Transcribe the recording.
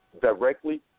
directly